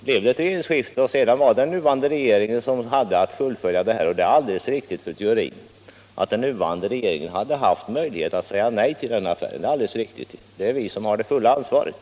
Efter regeringsskiftet blev det den nuvarande regeringen som hade att fullfölja denna affär, och det är, fru Theorin, alldeles riktigt att den nuvarande regeringen har haft möjlighet att säga nej till affären. Det är vi som har det fulla ansvaret.